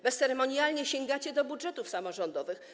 Bezceremonialnie sięgacie do budżetów samorządowych.